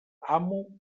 amo